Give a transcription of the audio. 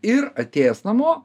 ir atėjęs namo